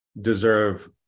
deserve